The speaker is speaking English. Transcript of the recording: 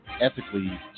ethically